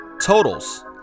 totals